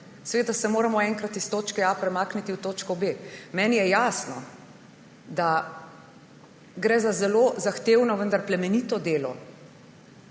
seveda se moramo enkrat iz točke A premakniti v točko B. Meni je jasno, da gre za zelo zahtevno, vendar plemenito delo.